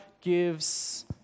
gives